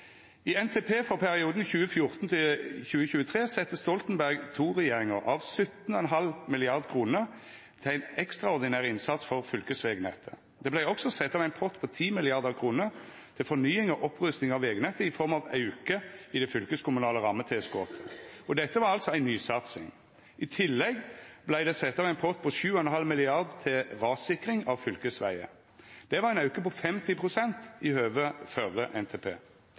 I NTP for perioden 2014–2023 sette Stoltenberg II-regjeringa av 17,5 mrd. kr til ein ekstraordinær innsats for fylkesvegnettet. Det blei også sett av ein pott på 10 mrd. kr til fornying og opprusting av vegnettet i form av auke i det fylkeskommunale rammetilskotet, og dette var altså ei nysatsing. I tillegg vart det sett av ein pott på 7,5 mrd. kr til rassikring av fylkesvegar. Det var ein auke på 50 pst. i høve til førre NTP.